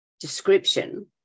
description